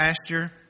pasture